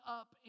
up